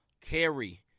carry